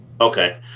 Okay